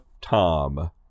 Tom